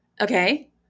Okay